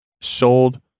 Sold